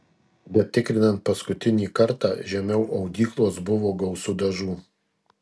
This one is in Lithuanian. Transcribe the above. bet tikrinant paskutinį kartą žemiau audyklos buvo gausu dažų